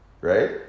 Right